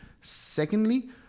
secondly